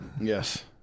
Yes